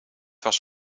was